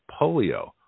polio